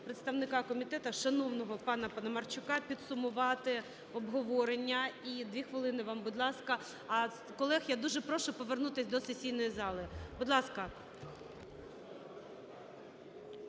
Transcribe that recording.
представника комітету шановного пана Паламарчука підсумувати обговорення і, 2 хвилини вам, будь ласка. А колег я дуже прошу повернутись до сесійної зали. Будь ласка.